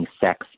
sex